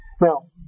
Now